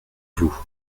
vous